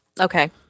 okay